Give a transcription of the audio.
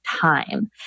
time